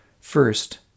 first